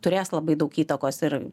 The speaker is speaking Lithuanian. turės labai daug įtakos ir